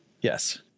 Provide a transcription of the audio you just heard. Yes